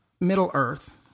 Middle-earth